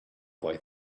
boy